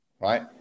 right